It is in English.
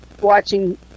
watching